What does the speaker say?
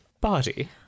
body